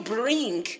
bring